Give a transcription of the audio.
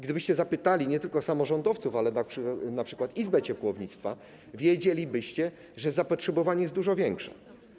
Gdybyście zapytali nie tylko samorządowców, ale np. izby ciepłownictwa, wiedzielibyście, że zapotrzebowanie jest dużo większe.